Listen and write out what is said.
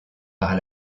par